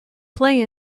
play